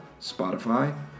Spotify